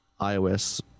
iOS